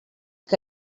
que